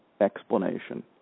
explanation